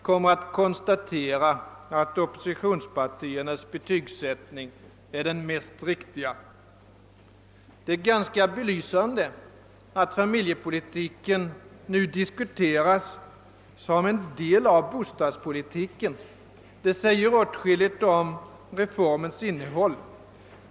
kommer att konstatera att oppositionspartiernas betygsättning är den mest riktiga. Det är ganska belysande att familjepolitiken nu diskuteras som en del av bostadspolitiken. Detta säger åtskilligt om reformens innehåll.